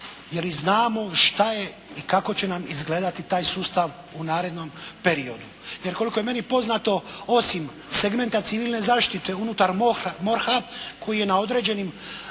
jer i znamo šta je i kako će nam izgledati taj sustav u narednom periodu. Jer, koliko je meni poznato osim segmenta civilne zaštite unutar MORH-a koji je na određenim